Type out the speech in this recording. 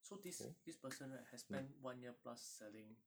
so this this person right has spent one year plus selling